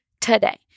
today